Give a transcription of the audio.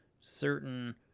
certain